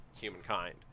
humankind